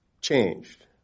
changed